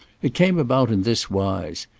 it came about in this wise.